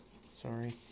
Sorry